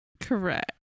Correct